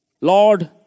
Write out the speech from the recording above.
Lord